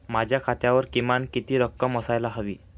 माझ्या खात्यावर किमान किती रक्कम असायला हवी?